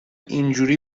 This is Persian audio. اینجوری